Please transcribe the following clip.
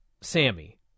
Sammy